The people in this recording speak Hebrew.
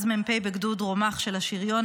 אז מ"פ בגדוד רומח של השריון,